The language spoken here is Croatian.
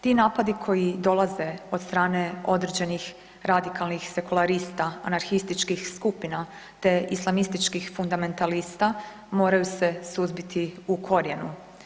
Ti napadi koji dolaze od strane određenih radikalnih sekularista, anarhističkih skupina te islamističkih fundamentalista moraju se suzbiti u korijenu.